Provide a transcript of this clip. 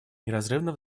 неразрывно